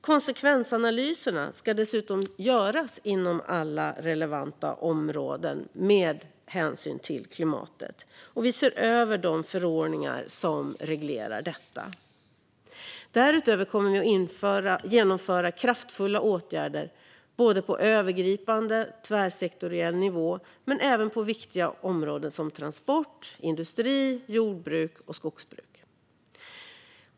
Konsekvensanalyserna ska dessutom göras inom alla relevanta områden med hänsyn till klimatet, och vi ser över de förordningar som reglerar detta. Därutöver kommer vi att genomföra kraftfulla åtgärder på övergripande tvärsektoriell nivå men även på viktiga områden som transport, industri, jordbruk och skogsbruk.